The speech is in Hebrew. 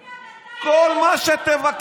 אל תדאג, כל מה שתבקש.